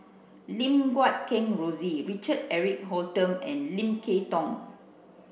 Lim Guat Kheng Rosie Richard Eric Holttum and Lim Kay Tong